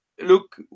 Look